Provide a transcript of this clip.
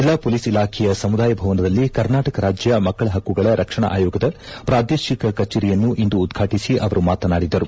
ಜಲ್ಲಾ ಪೊಲೀಸ್ ಇಲಾಖೆಯ ಸಮುದಾಯ ಭವನದಲ್ಲಿ ಕರ್ನಾಟಕ ರಾಜ್ಯ ಮಕ್ಕಳ ಹುಕ್ಗುಗಳ ರಕ್ಷಣಾ ಆಯೋಗದ ಪ್ರಾದೇಶಿಕ ಕಚೇರಿಯನ್ನು ಇಂದು ಉದ್ವಾಟಿಸಿ ಅವರು ಮಾತನಾಡಿದರು